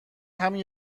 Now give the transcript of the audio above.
همین